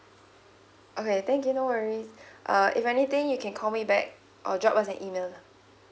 okay thank you no worries uh if anything you can call me back or drop us an email lah